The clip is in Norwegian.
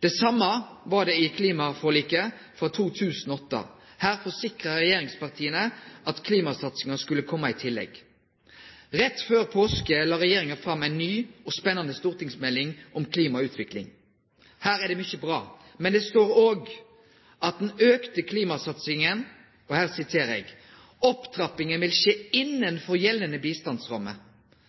Det same var det i klimaforliket for 2008. Her forsikra regjeringspartia at klimasatsinga skulle kome i tillegg. Rett før påske la regjeringa fram ei ny og spennande stortingsmelding om klima og utvikling. Her er det mykje bra, men det står òg når det gjeld den auka klimasatsinga: «Opptrappingen vil skje innenfor gjeldende bistandsramme.» Så for å fjerne kvar tvil vil